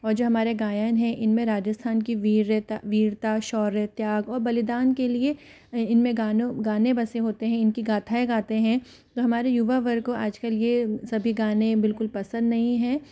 और जो हमारे गायन है इनमें राजस्थान की वीर्यता वीरता शौर्यत्याग और बलीदान के लिए इनमें गानों गाने बसे होते हैं इनके गाथाएँ गाते हैं तो हमारे युवा वर्ग को आजकल यह सभी गाने बिलकुल पसंद नही है